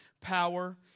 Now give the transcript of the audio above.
Power